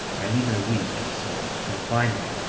i leave in a week, so come find me,